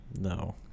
No